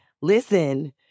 listen